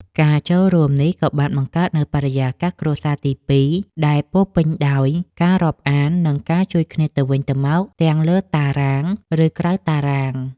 ការចូលរួមនេះ ក៏បានបង្កើតនូវបរិយាកាសគ្រួសារទីពីរដែលពោរពេញដោយការរាប់អាន និងការជួយគ្នាទៅវិញទៅមកទាំងលើតារាង ឬក្រៅតារាង។